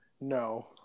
No